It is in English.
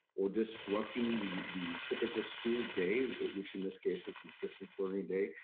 or disrupting the the typical school day at which, in this case, is a distance learning day,